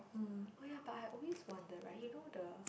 mm oh ya but I always wonder right you know the